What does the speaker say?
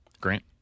Grant